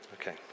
Okay